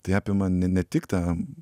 tai apima ne ne tik tą